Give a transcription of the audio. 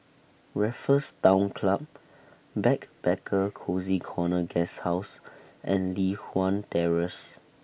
Raffles Town Club Backpacker Cozy Corner Guesthouse and Li Hwan Terrace